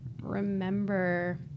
remember